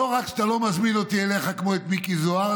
לא רק שאתה לא מזמין אותי אליך כמו את מיקי זוהר,